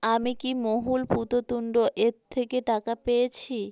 আমি কি মহুল পুততুন্ড এর থেকে টাকা পেয়েছি